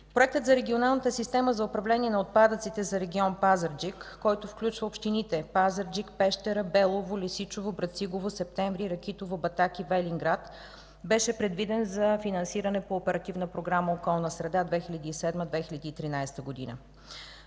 Проектът за регионалната система за управление на отпадъците за регион Пазарджик, който включва общините Пазарджик, Пещера, Белово, Лесичово, Брацигово, Септември, Ракитово, Батак и Велинград, беше предвиден за финансиране по Оперативна програма „Околна среда” 2007 – 2013 г.